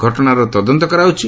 ଘଟଣାର ତଦନ୍ତ କରାଯାଉଛି